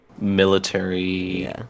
military